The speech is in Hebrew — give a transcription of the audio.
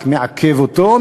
ייתכן שהחוק הזה רק מעכב אותו,